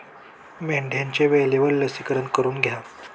मेंढ्यांचे वेळेवर लसीकरण करून घ्या